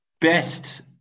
Best